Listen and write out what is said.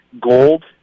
Gold